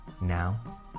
Now